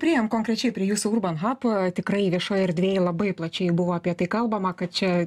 priėjom konkrečiai prie jūsų urban hap tikrai viešoj erdvėj labai plačiai buvo apie tai kalbama kad čia